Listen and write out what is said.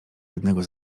jednego